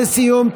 לסיום,